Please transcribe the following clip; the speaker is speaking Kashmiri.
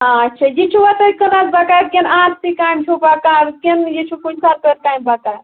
آچھا یہِ چھُوا تۄہہِ کٕنَس بَکار کِنہٕ آر سی کامہِ چھُو بَکار کِنہٕ یہِ چھُو کُنہِ سرکٲرۍ کامہِ بَکار